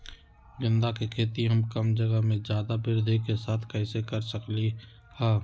गेंदा के खेती हम कम जगह में ज्यादा वृद्धि के साथ कैसे कर सकली ह?